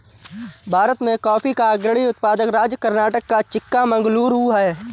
भारत में कॉफी का अग्रणी उत्पादक राज्य कर्नाटक का चिक्कामगलूरू है